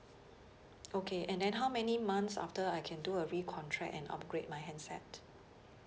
okay and then how many months after I can do a re contract an upgrade my handset